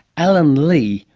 alan lee,